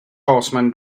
horseman